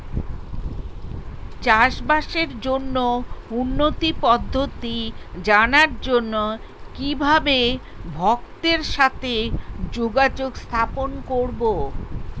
চাষবাসের জন্য উন্নতি পদ্ধতি জানার জন্য কিভাবে ভক্তের সাথে যোগাযোগ স্থাপন করব?